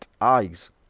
eyes